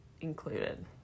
included